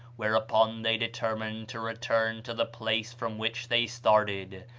whereupon they determined to return to the place from which they started,